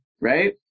right